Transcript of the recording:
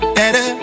better